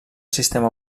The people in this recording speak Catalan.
sistema